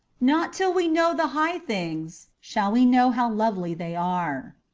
not till we know the high things shall we know how lovely they are.